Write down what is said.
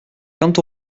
quand